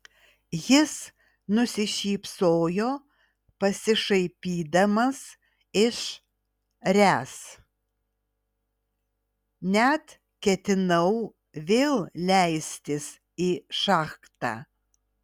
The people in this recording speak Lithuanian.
jis nusišypsojo pasišaipydamas iš ręs net ketinau vėl leistis į šachtą